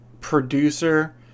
producer